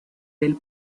del